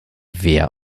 wehr